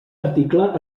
article